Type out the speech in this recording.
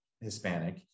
Hispanic